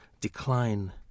decline